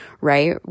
right